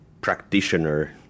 practitioner